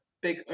big